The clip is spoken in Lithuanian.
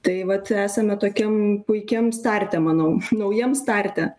tai vat esame tokiam puikiam starte manau naujam starte